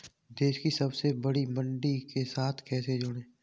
देश की सबसे बड़ी मंडी के साथ कैसे जुड़ें?